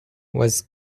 was